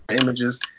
images